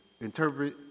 interpret